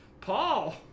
Paul